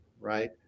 Right